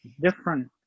different